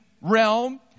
realm